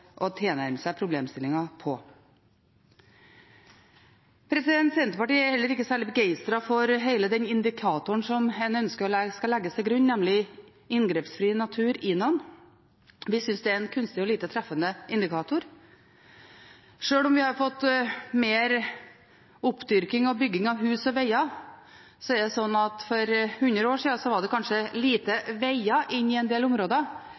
å tilnærme seg problemstillingen på. Senterpartiet er heller ikke særlig begeistret for hele den indikatoren som en ønsker skal legges til grunn, nemlig inngrepsfri natur, INON. Vi synes det er en kunstig og lite treffende indikator. Sjøl om vi har fått mer oppdyrking og bygging av hus og veger, er det slik at for 100 år siden var det kanskje få veger inn i en del områder,